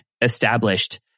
established